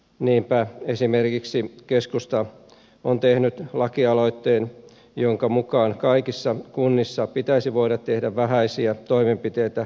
niinpä esimerkiksi keskusta on tehnyt lakialoitteen jonka mukaan kaikissa kunnissa pitäisi voida tehdä vähäisiä toimenpiteitä ilmoitusmenettelyllä